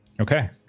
Okay